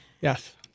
Yes